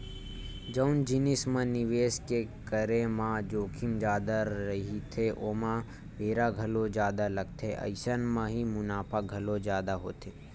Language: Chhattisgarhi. जउन जिनिस म निवेस के करे म जोखिम जादा रहिथे ओमा बेरा घलो जादा लगथे अइसन म ही मुनाफा घलो जादा होथे